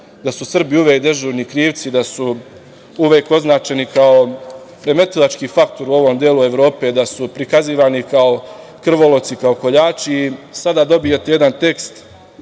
da su Srbi uvek dežurni krivci, da su uvek označeni kao remetilački faktor u ovom delu Evrope, da su prikazivani kao krvoloci, kao koljači i sada dobijete jedan tekst